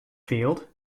field